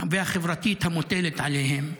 והחברתית המוטלת עליהם,